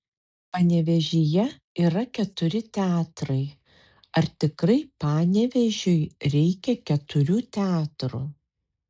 panevėžyje yra keturi teatrai ar tikrai panevėžiui reikia keturių teatrų